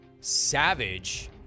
Savage